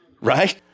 Right